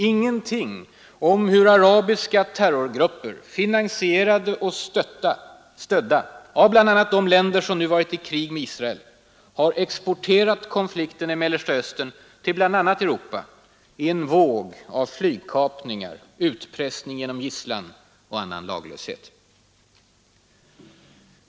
Ingenting om hur arabiska terrorgrupper, finansierade och stödda av de länder som nu varit i krig med Israel, har exporterat konflikten i Mellersta Östern till bl.a. Europa i en våg av flygkapningar, utpressning genom gisslan och annan laglöshet.